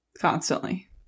constantly